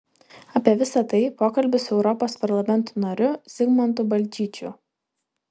apie visai tai pokalbis su europos parlamento nariu zigmantu balčyčiu